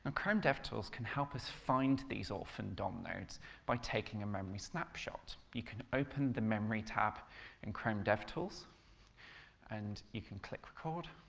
chrome devtools can help us find these orphan dom nodes by taking a memory snapshot. you can open the memory tab in chrome devtools and you can click record,